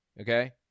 okay